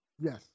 Yes